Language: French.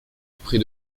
auprès